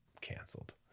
Cancelled